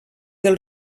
del